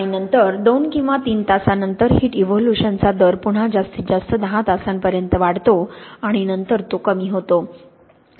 आणि नंतर 2 किंवा 3 तासांनंतर हिट इव्होल्यूशनचा दर पुन्हा जास्तीत जास्त 10 तासांपर्यंत वाढतो आणि नंतर तो कमी होतो